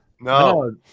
no